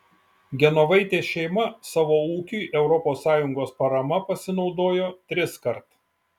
genovaitės šeima savo ūkiui europos sąjungos parama pasinaudojo triskart